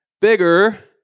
Bigger